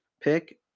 pick